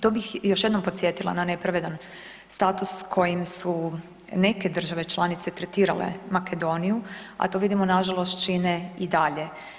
Tu bih još jednom podsjetila na nepravedan status kojim su neke države članice tretirale Makedoniju, a to vidimo nažalost čine i dalje.